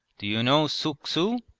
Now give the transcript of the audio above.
do you know suuk-su?